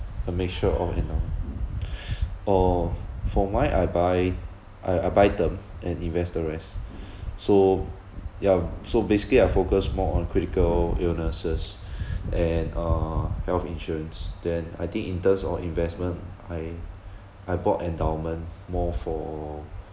a mixture of endowment uh for mine I buy I I buy term and invest the rest so ya so basically I focus more on critical illnesses and uh health insurance then I think in terms or investment I I bought endowment more for